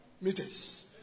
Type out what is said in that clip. meters